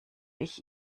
ich